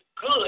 good